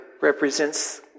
represents